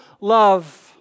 love